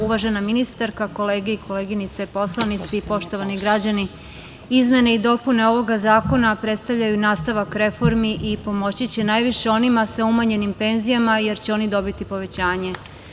Uvažena ministarka, kolege i kolenice poslanici, poštovani građani, izmene i dopune ovog zakona predstavljaju nastavak reformi i pomoći će najviše onima sa umanjenim penzijama, jer će oni dobiti povećanje.